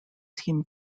team